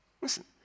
Listen